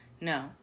no